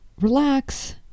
relax